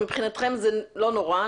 אבל מבחינתכם זה לא נורא,